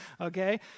okay